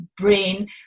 brain